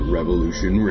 Revolution